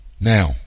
now